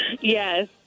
Yes